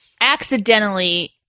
accidentally